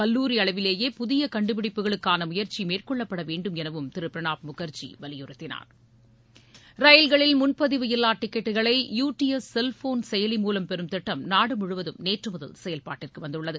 கல்லூரி அளவிலேயே புதிய கண்டுபிடிப்புகளுக்கான முயற்சி மேற்கொள்ளப்பட வேண்டும் எனவும் திரு பிரணாப் முகர்ஜி வலியுறுத்தினார் ரயில்களில் முன்பதிவு இல்லா டிக்கெட்டுகளை யூ டி எஸ் செல்போன் செயலி மூலம் பெறும் திட்டம் நாடு முழுவதும் நேற்று முதல் செயல்பாட்டிற்கு வந்துள்ளது